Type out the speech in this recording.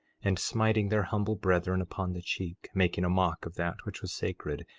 and smiting their humble brethren upon the cheek, making a mock of that which was sacred,